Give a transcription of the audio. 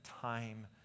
time